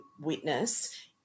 Witness